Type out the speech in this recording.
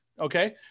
okay